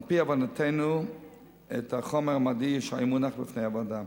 על-פי הבנתנו את החומר המדעי שהיה מונח בפני הוועדה.